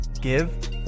give